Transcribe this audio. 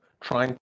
trying